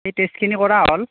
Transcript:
সেই টেষ্টখিনি কৰা হ' ল